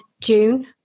june